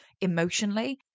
emotionally